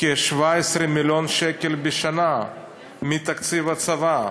כ-17 מיליון שקלים בשנה מתקציב הצבא.